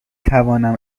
توانم